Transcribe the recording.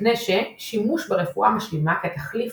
מפני ש"שימוש ברפואה משלימה כתחליף